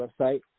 website